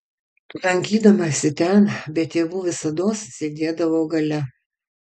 lankydamasi ten be tėvų visados sėdėjau gale